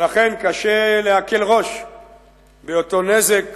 ולכן, קשה להקל ראש באותו נזק,